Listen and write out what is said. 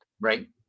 Right